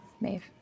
Maeve